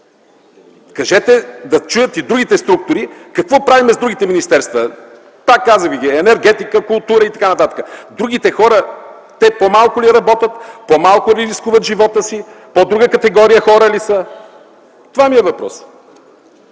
Кажете, да чуят и другите структури, какво правим с другите министерства? Пак казвам, и енергетика, и култура, и т.н. Те по-малко ли работят, по-малко ли рискуват живота си, по-друга категория хора ли са? Това ми е въпросът.